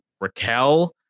Raquel